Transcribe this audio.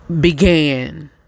Began